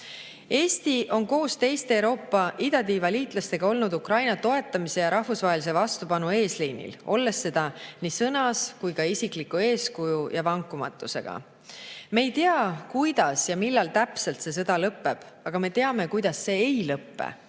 on koos teiste Euroopa idatiiva liitlastega olnud Ukraina toetamise ja rahvusvahelise vastupanu eesliinil, olles seda nii sõnas kui ka isikliku eeskuju ja vankumatusega. Me ei tea, kuidas ja millal täpselt see sõda lõpeb, aga me teame, kuidas see ei lõpe